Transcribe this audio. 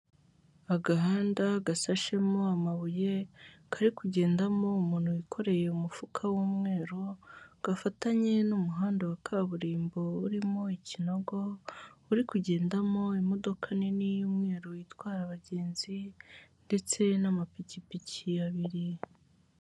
Agahanda gasashemo amabuye, kari kugendamo umuntu wikoreye umufuka w'umweru, gafatanye n'umuhanda wa kaburimbo urimo ikinogo, uri kugendamo imodoka nini y'umweru itwara abagenzi ndetse n'amapikipiki abiri.